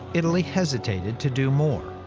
italy hesitated to do more.